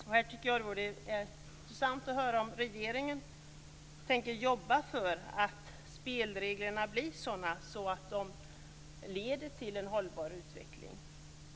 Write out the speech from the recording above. Det vore intressant att höra om regeringen tänker jobba för att spelreglerna blir sådana att de leder till en hållbar utveckling.